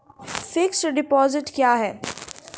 Fixed deposit क्या हैं?